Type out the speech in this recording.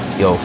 yo